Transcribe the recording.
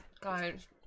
Guys